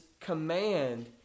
command